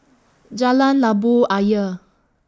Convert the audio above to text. Jalan Labu Ayer